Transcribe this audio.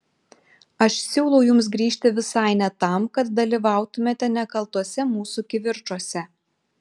aš siūlau jums grįžti visai ne tam kad dalyvautumėte nekaltuose mūsų kivirčuose